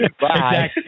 Bye